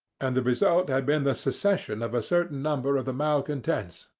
and the result had been the secession of a certain number of the malcontents,